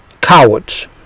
Cowards